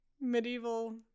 medieval